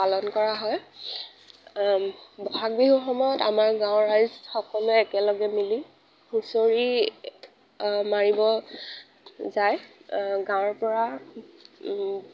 পালন কৰা হয় ব'হাগ বিহুৰ সময়ত আমাৰ গাঁৱৰ ৰাইজ সকলোৱে একেলগে মিলি হুঁচৰি মাৰিব যায় গাঁৱৰপৰা